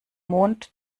mond